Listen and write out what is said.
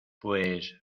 pues